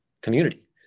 community